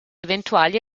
eventuali